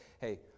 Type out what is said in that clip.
hey